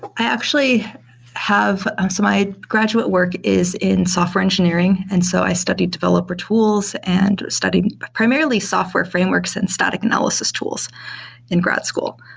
i actually have so my graduate work is in software engineering. and so i studied developer tools and studied primarily software frameworks and static analysis tools in grad school.